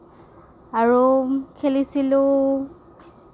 আৰু খেলিছিলোঁ